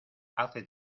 hace